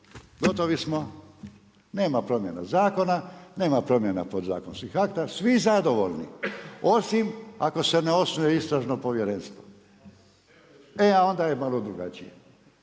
Gotovi smo, nema promjena zakona, nema promjena podzakonskih akata, svi zadovoljni, osim ako se ne osnuje istražno povjerenstvo. E a onda je malo drugačije